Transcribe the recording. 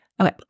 Okay